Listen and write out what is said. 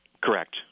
Correct